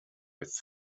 with